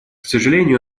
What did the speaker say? сожалению